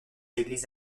églises